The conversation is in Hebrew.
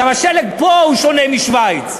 גם השלג פה שונה מבשווייץ,